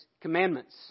commandments